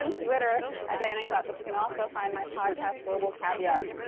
and twitter ah dianaklatt. but you can also find my podcast global caveat,